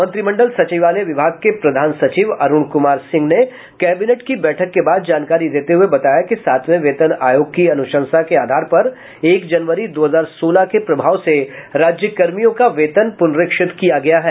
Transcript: मंत्रिमंडल सचिवालय विभाग के प्रधान सचिव अरुण कुमार सिंह ने कैबिनेट की बैठक के बाद जानकारी देते हुए बताया कि सातवें वेतन आयोग की अनुशंसा के आधार पर एक जनवरी दो हजार सोलह के प्रभाव से राज्यकर्मियों का वेतन पुनरीक्षित किया गया है